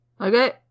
Okay